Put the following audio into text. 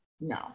No